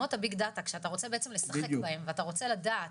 שבעולמות ה- BIG DATA שאתה רוצה לשחק בהם ואתה רוצה לדעת,